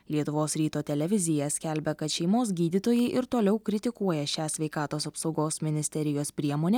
lietuvos ryto televizija skelbia kad šeimos gydytojai ir toliau kritikuoja šią sveikatos apsaugos ministerijos priemonę